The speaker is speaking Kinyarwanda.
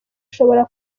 ushobora